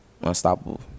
Unstoppable